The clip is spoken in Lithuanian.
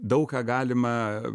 daug ką galima